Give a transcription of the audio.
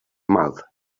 mouth